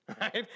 right